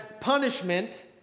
punishment